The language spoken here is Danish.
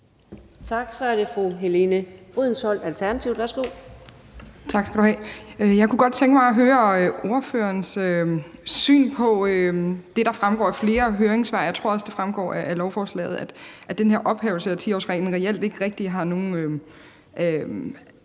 Værsgo. Kl. 13:45 Helene Liliendahl Brydensholt (ALT): Tak skal du have. Jeg kunne godt tænke mig at høre ordførerens syn på det, der fremgår af flere høringssvar, og jeg tror også, det fremgår af lovforslaget, nemlig at den her ophævelse af 10-årsreglen reelt ikke rigtig kommer